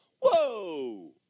Whoa